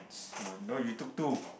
no no you took two